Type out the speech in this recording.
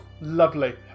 lovely